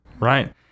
right